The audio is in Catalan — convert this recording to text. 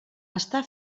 està